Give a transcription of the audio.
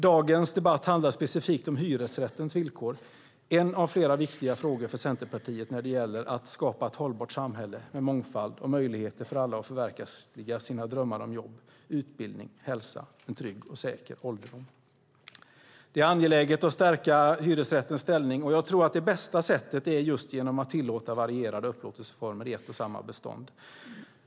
Dagens debatt handlar specifikt om hyresrättens villkor, en av flera viktiga frågor för Centerpartiet när det gäller att skapa ett hållbart samhälle med mångfald och möjligheter för alla att förverkliga sina drömmar om jobb, utbildning, hälsa samt en trygg och säker ålderdom. Det är angeläget att stärka hyresrättens ställning och jag tror att det bästa sättet är just genom att tillåta varierade upplåtelseformer i ett och samma bestånd.